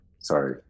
Sorry